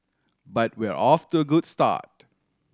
but we're off to a good start